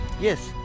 Yes